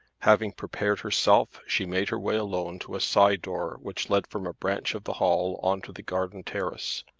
having prepared herself she made her way alone to a side door which led from a branch of the hall on to the garden terrace,